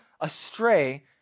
astray